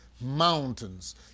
mountains